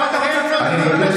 המנויים שלהם.